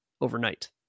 overnight